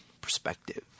perspective